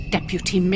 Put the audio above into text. Deputy